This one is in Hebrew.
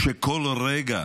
כשכל רגע